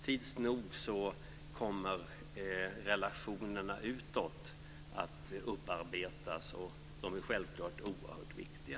Tids nog kommer relationerna utåt att upparbetas - självklart är de oerhört viktiga.